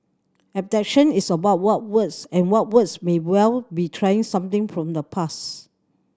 is about what was and what was may well be trying something from the past